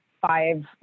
five